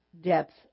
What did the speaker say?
depth